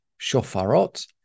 Shofarot